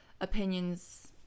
opinions